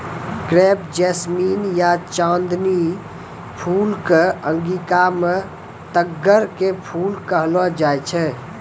crepe jasmine या चांदनी फूल कॅ अंगिका मॅ तग्गड़ के फूल कहलो जाय छै